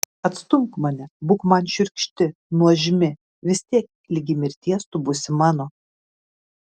atstumk mane būk man šiurkšti nuožmi vis tiek ligi mirties tu būsi mano